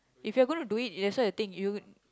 if you gonna do it that's why I think you